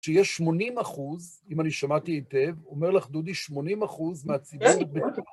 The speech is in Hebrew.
שיש 80 אחוז, אם אני שמעתי היטב, אומר לך דודי, 80 אחוז מהציבור...